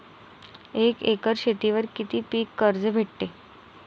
एक एकर शेतीवर किती पीक कर्ज भेटते?